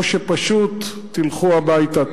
או שפשוט תלכו הביתה.